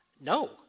No